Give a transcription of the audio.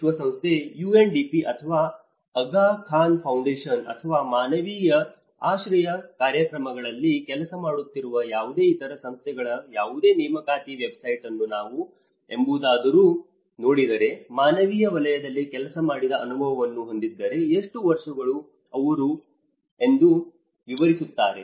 ವಿಶ್ವಸಂಸ್ಥೆ UNDP ಅಥವಾ Aga Khan Foundation ಅಥವಾ ಮಾನವೀಯ ಆಶ್ರಯ ಕಾರ್ಯಕ್ರಮಗಳಲ್ಲಿ ಕೆಲಸ ಮಾಡುತ್ತಿರುವ ಯಾವುದೇ ಇತರ ಸಂಸ್ಥೆಗಳ ಯಾವುದೇ ನೇಮಕಾತಿ ವೆಬ್ಸೈಟ್ ಅನ್ನು ನಾವು ಎಂದಾದರೂ ನೋಡಿದರೆ ಮಾನವೀಯ ವಲಯದಲ್ಲಿ ಕೆಲಸ ಮಾಡಿದ ಅನುಭವವನ್ನು ಹೊಂದಿದ್ದರೆ ಎಷ್ಟು ವರ್ಷಗಳು ಎಂದು ಅವರು ವಿವರಿಸುತ್ತಾರೆ